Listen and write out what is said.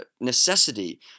necessity